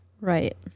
Right